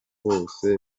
bose